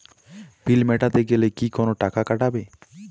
বিল মেটাতে গেলে কি কোনো টাকা কাটাবে?